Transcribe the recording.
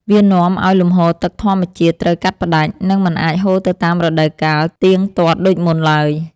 វានាំឱ្យលំហូរទឹកតាមធម្មជាតិត្រូវកាត់ផ្តាច់ និងមិនអាចហូរទៅតាមរដូវកាលទៀងទាត់ដូចមុនឡើយ។